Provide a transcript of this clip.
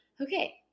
Okay